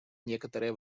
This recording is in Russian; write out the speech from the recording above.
некоторое